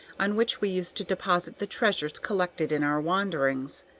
on which we used to deposit the treasures collected in our wanderings.